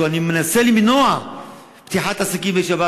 או אני מנסה למנוע פתיחת עסקים בשבת,